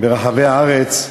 ברחבי הארץ.